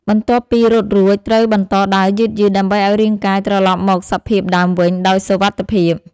បន្ទាប់ពីរត់រួច ត្រូវបន្តដើរយឺតៗ ដើម្បីឱ្យរាងកាយត្រលប់មកសភាពដើមវិញដោយសុវត្ថិភាព។